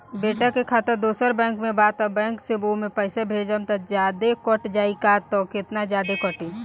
बेटा के खाता दोसर बैंक में बा त ए बैंक से ओमे पैसा भेजम त जादे कट जायी का त केतना जादे कटी?